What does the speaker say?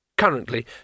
Currently